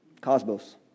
Cosmos